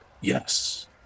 Yes